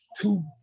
two